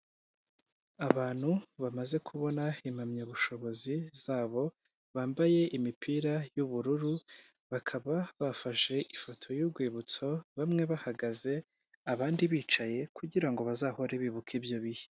Abantu bamaze kubona impamyabushobozi zabo bambaye imipira y'ubururu bakaba bafashe ifoto y'urwibutso bamwe bahagaze abandi bicaye kugirango bazahore bibuka ibyo bihe.